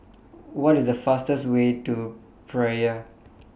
What IS The fastest Way to Praia